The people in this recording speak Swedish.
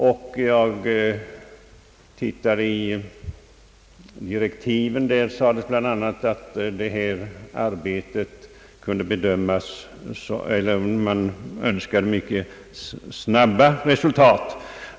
Jag har tittat i direktiven, och där sades bl.a. att man önskade mycket snabbt resultat.